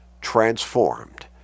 transformed